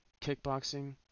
kickboxing